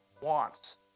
wants